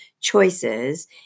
choices